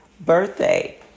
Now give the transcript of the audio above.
Birthday